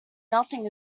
nothing